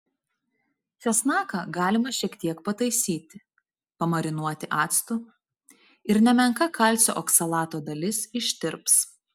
česnaką galima šiek tiek pataisyti pamarinuoti actu ir nemenka kalcio oksalato dalis ištirps